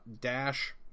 dash